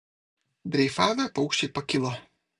dreifavę paukščiai pakilo